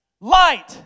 light